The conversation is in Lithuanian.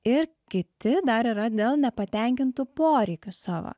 ir kiti dar yra dėl nepatenkintų poreikių savo